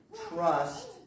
trust